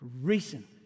Reason